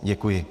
Děkuji.